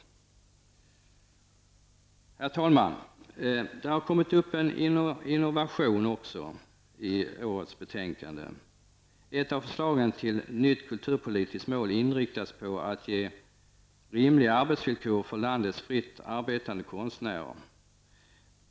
Herr talman! Det finns en innovation i årets kulturbetänkande. Ett av förslagen till nytt kulturpolitiskt mål är nämligen inriktat på att landets fritt arbetande konstnärer skall få rimliga arbetsvillkor.